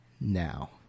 now